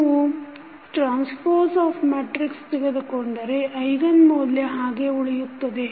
ನೀವು transpose of the matrix ತೆಗೆದುಕೊಂಡರೆ eigen ಮೌಲ್ಯ ಹಾಗೆ ಉಳಿಯುತ್ತದೆ